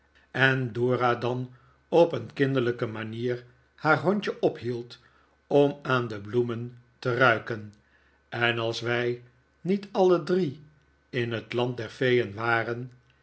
en dora dan op een kinderlijke manier haar hondje ophield om aan de bloemen te ruiken en als wij niet alle drie in het land der feeen waren